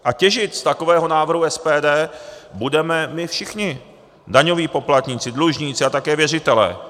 A těžit z takového návrhu SPD budeme my všichni, daňoví poplatníci, dlužníci a také věřitelé.